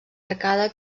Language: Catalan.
arcada